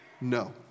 no